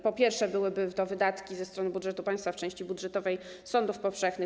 Po pierwsze, byłyby to wydatki ze strony budżetu państwa, z części budżetowej: Sądy powszechne.